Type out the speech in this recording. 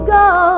go